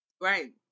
Right